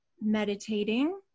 meditating